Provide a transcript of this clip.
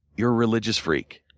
you're a religious freak.